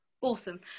Awesome